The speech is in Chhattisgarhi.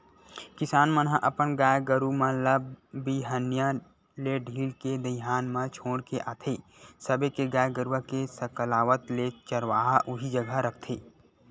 किसान मन ह अपन गाय गरु मन ल बिहनिया ले ढील के दईहान म छोड़ के आथे सबे के गाय गरुवा के सकलावत ले चरवाहा उही जघा रखथे